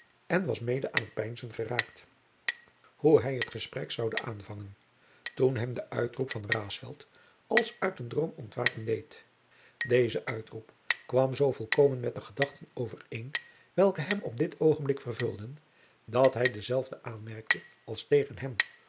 en was mede jacob van lennep de pleegzoon aan t peinzen geraakt hoe hij het gesprek zoude aanvangen toen hem de uitroep van raesfelt als uit een droom ontwaken deed deze uitroep kwam zoo volkomen met de gedachten overeen welke hem op dit oogenblik vervulden dat hij dezelve aanmerkte als tegen hem